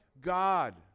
God